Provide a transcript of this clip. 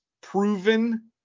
proven